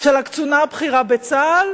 של הקצונה הבכירה בצה"ל